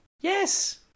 Yes